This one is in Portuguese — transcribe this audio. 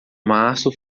março